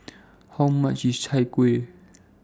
How much IS Chai Kueh